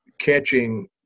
catching